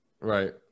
right